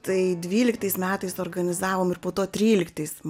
tai dvyliktais metais organizavom ir po to tryliktais